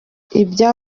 ibya